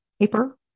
paper